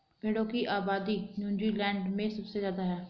भेड़ों की आबादी नूज़ीलैण्ड में सबसे ज्यादा है